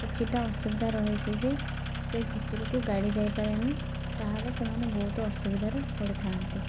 କିଛିଟା ଅସୁବିଧା ରହିଛି ଯେ ସେ ଭିତରକୁ ଗାଡ଼ି ଯାଇପାରେନି ତାହେଲେ ସେମାନେ ବହୁତ ଅସୁବିଧାରେ ପଡ଼ିଥାନ୍ତି